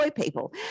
people